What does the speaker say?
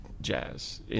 jazz